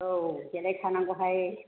औ देलायखानांगौहाय